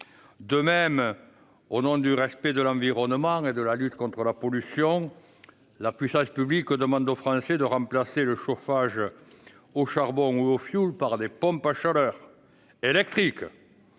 De même, au nom du respect de l'environnement et de la lutte contre la pollution, la puissance publique demande aux Français de remplacer le chauffage au charbon et au fioul par des pompes à chaleur électriques